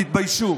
תתביישו.